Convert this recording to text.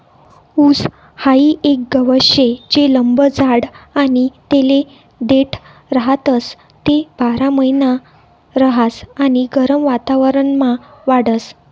ऊस हाई एक गवत शे जे लंब जाड आणि तेले देठ राहतस, ते बारामहिना रहास आणि गरम वातावरणमा वाढस